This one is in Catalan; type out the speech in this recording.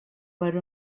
per